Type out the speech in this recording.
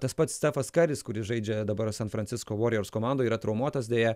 tas pats stefas karis kuris žaidžia dabar san francisko warriors komandoj yra traumuotas deja